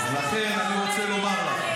אז לכן אני רוצה לומר לך.